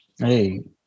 Hey